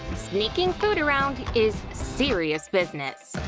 sneaking food around is serious business.